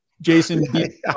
Jason